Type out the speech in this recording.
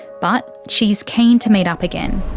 but she's keen to meet up again.